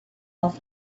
off